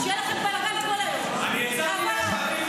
שיהיה לכם בלאגן כל היום -- אני הצעתי להם